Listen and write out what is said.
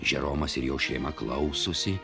žeromas ir jo šeima klausosi